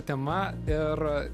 tema ir